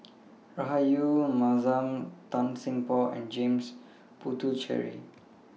Rahayu Mahzam Tan Seng Poh and James Puthucheary